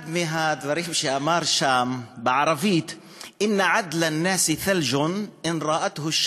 אחד מהדברים שהוא אמר שם בערבית הוא (אומר דברים בערבית ומתרגמם:)